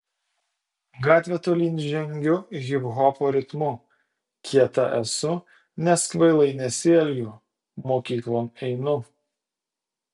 gatve tolyn žengiu hiphopo ritmu kieta esu nes kvailai nesielgiu mokyklon einu